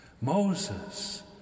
Moses